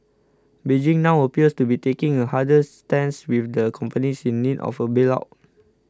Beijing now appears to be taking a harder stance with the companies in need of a bail out